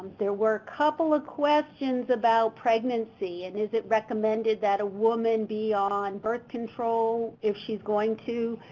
there were couple of questions about pregnancy, and is it recommended that a woman be on birth control if she's going to